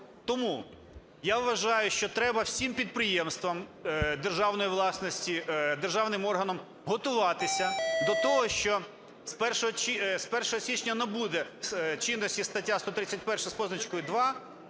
Тому я вважаю, що треба всім підприємствам державної власності, державним органам готуватися до того, що з 1 січня набуде чинності стаття 131 з позначкою 2,